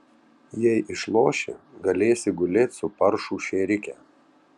jei išloši galėsi gulėt su paršų šėrike